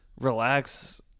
relax